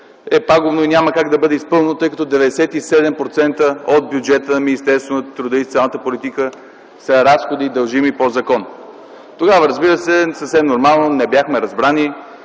е пагубно и няма как да бъде изпълнено, тъй като 97% от бюджета на Министерството на труда и социалната политика са разходи, дължими по закон. Тогава, разбира се, съвсем нормално - не бяхме разбрани.